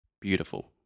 Beautiful